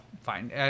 fine